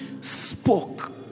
spoke